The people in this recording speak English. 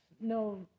no